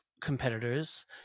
competitors